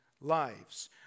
lives